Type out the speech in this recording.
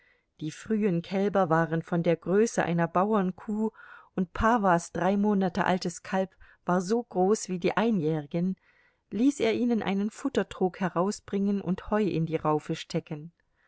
die frühen kälber waren von der größe einer bauernkuh und pawas drei monate altes kalb war so groß wie die einjährigen ließ er ihnen einen futtertrog herausbringen und heu in die raufen stecken